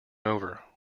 over